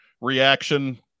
reaction